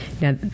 now